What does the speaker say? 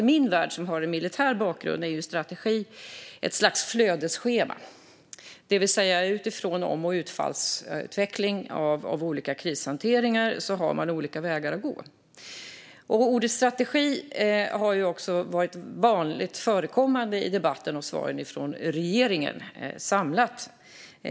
I min värld - jag har en militär bakgrund - är strategi ett slags flödesschema, det vill säga att man utifrån utfallsutveckling av olika krishanteringar har olika vägar att gå. Ordet strategi har också varit vanligt förekommande i debatten och i svaren från regeringen.